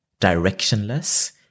directionless